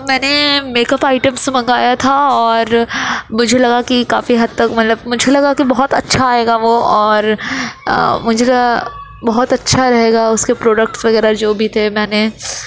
میں نے make up items منگایا تھا اور مجھے لگا کہ کافی حد تک مطلب مجھے لگا کہ بہت اچھا آئے گا وہ اور مجھے لگا بہت اچھا رہے گا اس کے پروڈکٹس وغیرہ جو بھی تھے میں نے